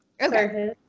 Okay